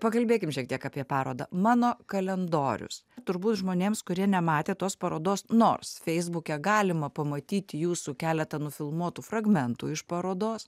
pakalbėkim šiek tiek apie parodą mano kalendorius turbūt žmonėms kurie nematė tos parodos nors feisbuke galima pamatyti jūsų keletą nufilmuotų fragmentų iš parodos